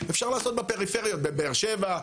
אפשר לעשות בפריפריות: בבאר שבע,